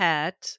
Hat